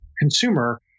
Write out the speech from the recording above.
consumer